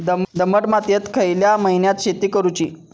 दमट मातयेत खयल्या महिन्यात शेती करुची?